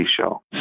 show